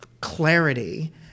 clarity